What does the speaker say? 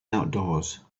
outdoors